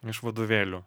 iš vadovėlių